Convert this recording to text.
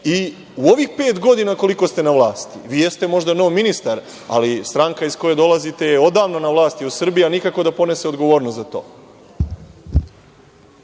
U ovih pet godina, koliko ste na vlasti, vi jeste možda nov ministar, ali stranka iz koje dolazite je odavno na vlasti u Srbiji i nikako da ponese odgovornost za to.